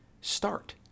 Start